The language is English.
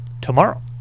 tomorrow